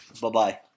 Bye-bye